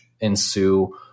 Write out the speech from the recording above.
ensue